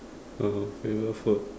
uh favourite food